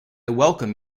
welcome